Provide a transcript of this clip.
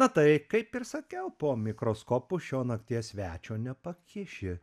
na tai kaip ir sakiau po mikroskopu šio nakties svečio nepakiši